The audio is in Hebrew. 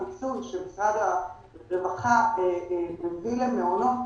הסבסוד שמשרד הרווחה הביא למעונות,